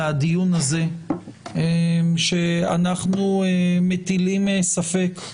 מהדיון הזה שאנחנו מטילים ספק.